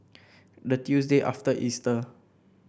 the Tuesday after Easter